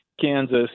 Kansas